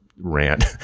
rant